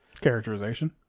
Characterization